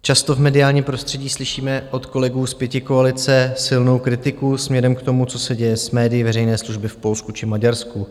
Často v mediálním prostředí slyšíme od kolegů z pětikoalice silnou kritiku směrem k tomu, co se děje s médii veřejné služby v Polsku či Maďarsku.